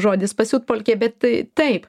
žodis pasiutpolkė bet tai taip